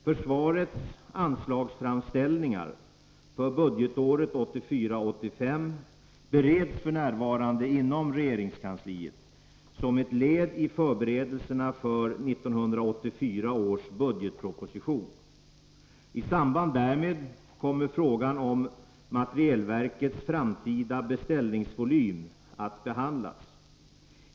Försvarets anslagsframställningar för budgetåret 1984/85 bereds f. n. inom regeringskansliet som ett led i förberedelserna för 1984 års budgetproposition. I samband därmed kommer frågan om materielverkets framtida beställningsvolym att behandlas.